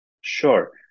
Sure